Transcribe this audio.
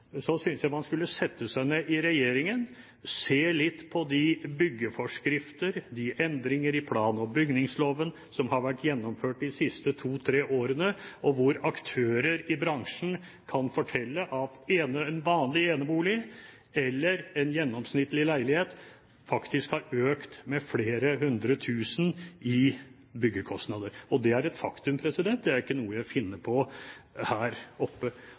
så vidt opptatt av hva som fordyrer boligbygging, synes jeg man skulle sette seg ned i regjeringen, se litt på de byggeforskrifter, de endringer i plan- og bygningsloven som har vært gjennomført de siste to–tre årene. Aktører i bransjen kan fortelle at en vanlig enebolig eller en gjennomsnittlig leilighet faktisk har økt med flere hundre tusen i byggekostnader. Det er et faktum, det er ikke noe jeg finner på her oppe.